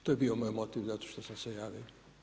To je bio moj motiv zašto sam se javio.